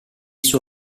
suo